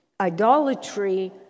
Idolatry